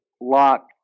lock